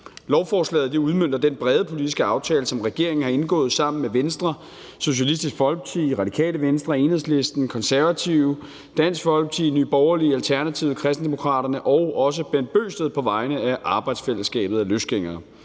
Lovforslaget udmønter den brede politiske aftale, som regeringen har indgået sammen med Venstre, Socialistisk Folkeparti, Radikale Venstre, Enhedslisten, Konservative, Dansk Folkeparti, Nye Borgerlige, Alternativet, Kristendemokraterne og også Bent Bøgsted på vegne af arbejdsfællesskabet af løsgængere.